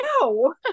no